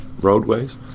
roadways